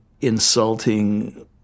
insulting